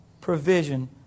provision